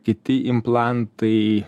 kiti implantai